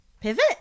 pivot